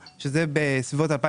ההפרדה של החברות שהופרדו הצליחה או לא?